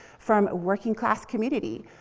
from working class community.